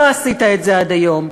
לא עשית את זה עד היום.